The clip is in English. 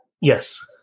Yes